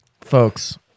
Folks